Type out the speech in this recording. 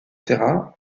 terrain